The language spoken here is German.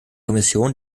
kommission